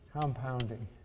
compounding